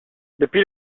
depuis